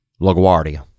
LaGuardia